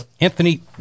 Anthony